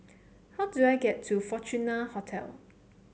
how do I get to Fortuna Hotel